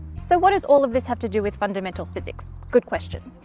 so what is all of this have to do with fundamental physics? good question.